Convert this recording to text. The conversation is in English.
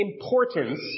importance